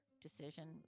decision